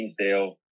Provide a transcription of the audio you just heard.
Ainsdale